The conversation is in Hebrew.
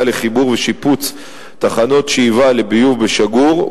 לחיבור ושיפוץ של תחנות שאיבה לביוב בשגור,